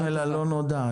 הולכים אל הלא נודע.